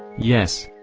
yes,